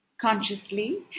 Consciously